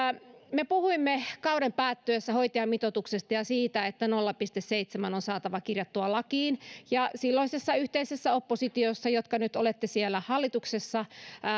me puhuimme kauden päättyessä hoitajamitoituksesta ja siitä että nolla pilkku seitsemän on saatava kirjattua lakiin silloisessa yhteisessä oppositiossa jotka nyt olette siellä hallituksessa